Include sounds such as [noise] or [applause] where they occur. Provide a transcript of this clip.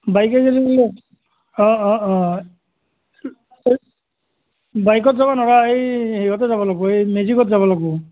বাইকে গেলি [unintelligible] অঁ অঁ অঁ এই বাইকত যাব ন'ৰা এই হেৰিয়তে যাব লাগিব এই মেজিকত যাব লাগিব